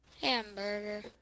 Hamburger